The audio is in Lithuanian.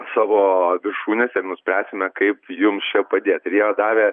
savo viršūnes ir nuspręsime kaip jums čia padėt ir jie davė